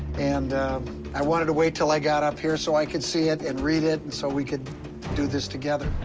and i wanted to wait until i got up here so i could see it and read it and so we could do this together.